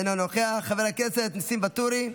אינו נוכח, חבר הכנסת ניסים ואטורי,